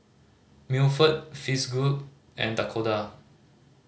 Milford Fitzhugh and Dakoda